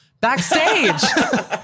backstage